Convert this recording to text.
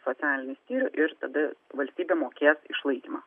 socialinį skyrių ir tada valstybė mokės išlaikymą